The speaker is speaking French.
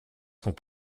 sont